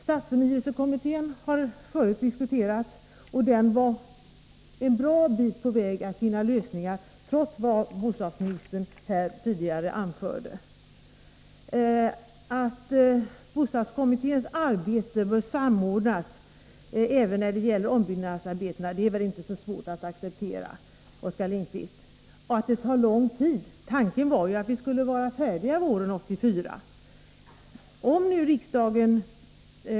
Stadsförnyelsekommittén har förut diskuterats, och den var en bra bit på väg mot att finna lösningar, trots vad bostadsministern tidigare anförde. Att bostadskommitténs arbete bör samordnas härmed även när det gäller ombyggnadsarbetena är väl inte så svårt att acceptera. Oskar Lindkvist säger att det tar lång tid, men tanken var ju att vi skulle vara färdiga våren 1984.